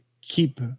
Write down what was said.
keep